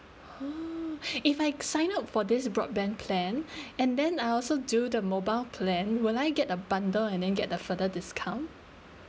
oh if I sign up for this broadband plan and then I also do the mobile plan will I get a bundle and then get a further discount